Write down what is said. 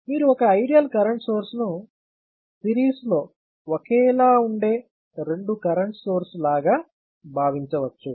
మీరు ఒక ideal current source ను సిరీస్లో ఒకేలా ఉండే రెండు కరెంట్ సోర్స్ లాగా భావించవచ్చు